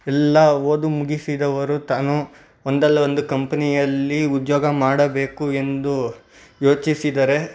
ಎಲ್ಲ ಓದು ಮುಗಿಸಿದವರು ತಾನು ಒಂದಲ್ಲ ಒಂದು ಕಂಪ್ನಿಯಲ್ಲಿ ಉದ್ಯೋಗ ಮಾಡಬೇಕು ಎಂದು ಯೋಚಿಸಿದರೆ